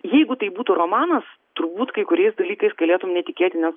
jeigu tai būtų romanas turbūt kai kuriais dalykais galėtum netikėti nes